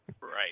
Right